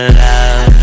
love